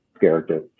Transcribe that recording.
character